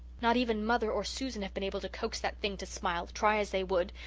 not even mother or susan have been able to coax that thing to smile, try as they would.